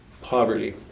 Poverty